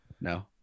No